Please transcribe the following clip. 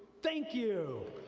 thank you.